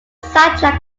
soundtrack